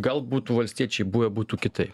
gal būtų valstiečiai buvę būtų kitaip